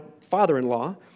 father-in-law